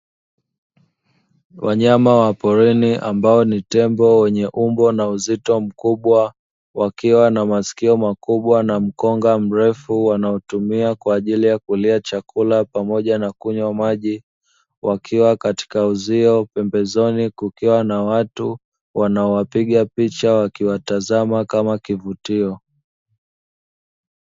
Wanyama wa porini ambao ni tembo wenye umbo na uzito mkubwa, wakiwa na masikio makubwa na mkonga mrefu wanaoutumia kwa ajili ya kulia chakula pamoja na kunywa maji. Wakiwa katika uzio pembezoni kukiwa na watu wanaowapiga picha wakiwatazama kama kivutio.